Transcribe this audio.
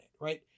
right